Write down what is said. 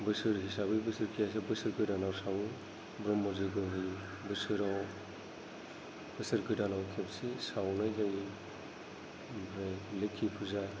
बोसोर हिसाबै बोसोरखियाखौ बोसोर गोदानाव सावो ब्रह्म जयग' होयो बोसोराव बोसोर गोदानाव खेबसे सावनाय जायो ओमफ्राय लोखि फुजा